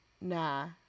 Nah